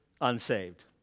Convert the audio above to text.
unsaved